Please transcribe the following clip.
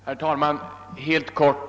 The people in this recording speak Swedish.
Herr talman! Jag skall fatta mig helt kort.